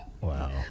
Wow